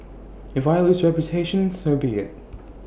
if I lose reputation so be IT